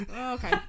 Okay